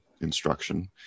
instruction